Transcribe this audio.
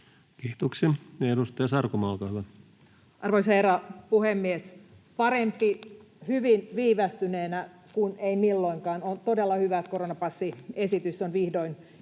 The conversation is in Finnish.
muuttamisesta Time: 14:23 Content: Arvoisa herra puhemies! Parempi hyvin viivästyneenä kuin ei milloinkaan. On todella hyvä, että koronapassiesitys on vihdoin